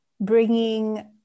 bringing